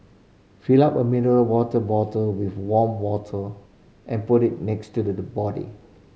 fill up a mineral water bottle with warm water and put it next to the the body